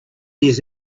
years